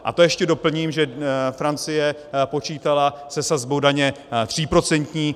A to ještě doplním, že Francie počítala se sazbou daně tříprocentní.